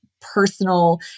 personal